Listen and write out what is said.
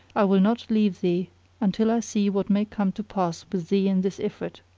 i will not leave thee until i see what may come to pass with thee and this ifrit.